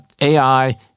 AI